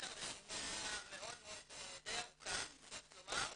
יש כאן רשימה דיי ארוכה, אני חייבת לומר.